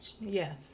Yes